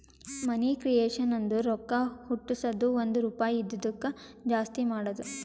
ಮನಿ creation ಅಂದುರ್ ರೊಕ್ಕಾ ಹುಟ್ಟುಸದ್ದು ಒಂದ್ ರುಪಾಯಿ ಇದಿದ್ದುಕ್ ಜಾಸ್ತಿ ಮಾಡದು